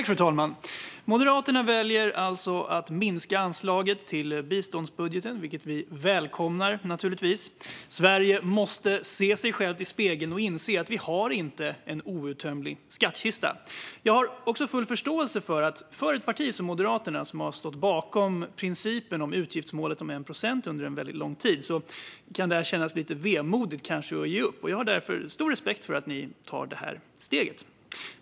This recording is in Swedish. Fru talman! Moderaterna väljer alltså att minska anslaget till biståndsbudgeten, vilket vi naturligtvis välkomnar. Sverige måste kunna se sig själv i spegeln och inse att vi inte har en outtömlig skattkista. Jag har också full förståelse för att det för ett parti som under väldigt lång tid har stått bakom principen om utgiftsmålet 1 procent kanske kan kännas lite vemodigt att ge upp den. Jag har därför stor respekt för att ni tar det här steget.